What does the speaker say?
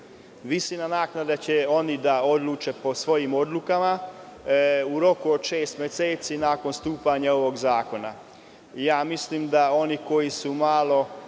visinu naknade će oni da odluče po svojim odlukama u roku od šest meseci nakon stupanja ovog zakona. Mislim da oni koji su